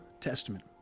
Testament